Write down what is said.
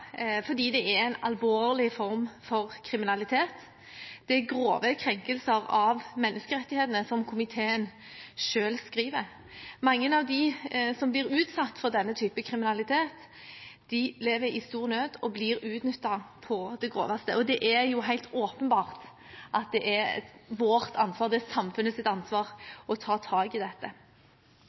fordi det er en alvorlig form for kriminalitet. Det er «grove krenkelser av menneskerettighetene», som komiteen selv skriver. Mange av dem som blir utsatt for denne typen kriminalitet, lever i stor nød og blir utnyttet på det groveste. Det er helt åpenbart at det er vårt ansvar, det er samfunnets ansvar, å ta tak i dette.